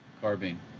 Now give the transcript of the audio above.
Carbine